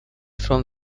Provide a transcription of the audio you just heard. from